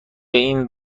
این